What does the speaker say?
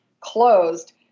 closed